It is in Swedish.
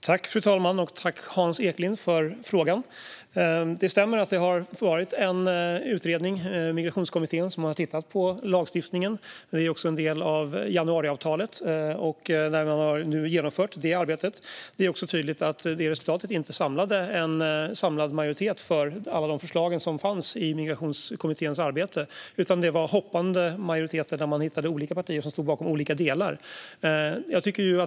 Fru talman! Jag tackar Hans Eklind för frågan. Det stämmer att en utredning, Migrationskommittén, har tittat på lagstiftningen, vilket också är en del av januariavtalet. Det arbetet är nu genomfört. Det fanns dock ingen samlad majoritet för alla de förslag som Migrationskommitténs arbete resulterade i, utan det var hoppande majoriteter där man hittade olika partier som stod bakom olika delar.